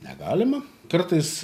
negalima kartais